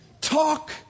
Talk